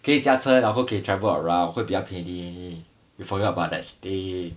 可以驾车然后可以 travel around 会比较便宜 you forgot about that thing